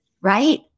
right